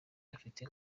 afite